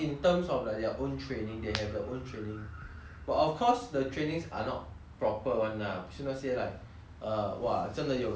but of course the trainings are not proper one lah 是那些 like err !wah! 真的有人教你什么什么 pattern 什么 strategy 去